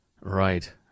Right